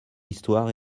histoire